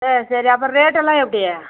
சரி சரி அப்புறம் ரேட்டெல்லாம் எப்படி